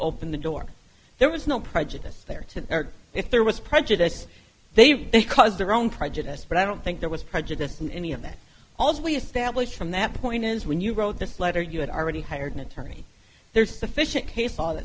open the door there was no prejudice there if there was prejudice they've because their own prejudice but i don't think there was prejudice in any of that all's we established from that point is when you wrote this letter you had already hired an attorney there's sufficient case law that